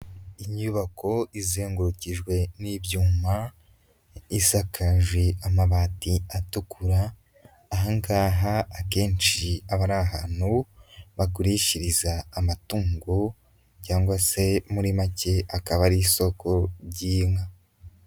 Inyubako izengurukijwe n'ibyuma, isakaje amabati atukura, aha ngaha akenshi aba ari ahantu bagurishiriza amatungo, cyangwa se muri make akaba ari isoko ry'inka.